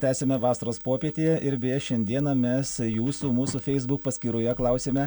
tęsiame vasaros popietėje ir beje šiandieną mes jūsų mūsų feisbuk paskyroje klausėme